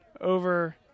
over